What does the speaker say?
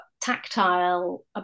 tactile